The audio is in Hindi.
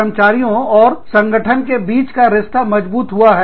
कर्मचारियों और संगठन के बीच का रिश्ता मजबूत हुआ है